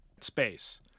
space